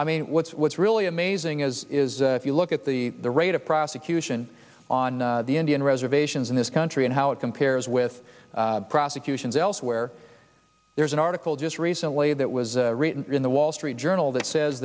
i mean what's what's really amazing is if you look at the rate of prosecution on the indian reservations in this country and how it compares with prosecutions elsewhere there's an article just recently that was written in the wall street journal that says